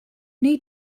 wnei